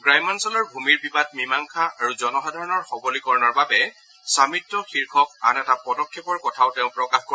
গ্ৰাম্যাঞ্চলৰ ভূমিৰ বিবাদ মীমাংসা আৰু জনসাধাৰণৰ সবলীকৰণৰ বাবে স্বামীত্ব শীৰ্ষক আন এটা পদক্ষেপ গ্ৰহণ কৰাৰ কথা তেওঁ প্ৰকাশ কৰে